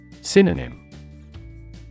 Synonym